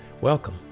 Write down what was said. Welcome